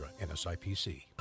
nsipc